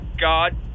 God